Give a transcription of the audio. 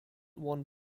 one